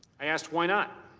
i asked why not?